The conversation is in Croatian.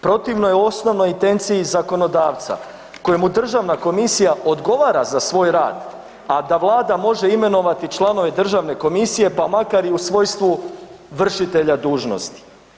Protivno je osnovnoj intenciji zakonodavca kojemu Državna komisija odgovara za svoj rad a da Vlada može imenovati članove Državne komisije pa makar i u svojstvu vršitelja dužnosti.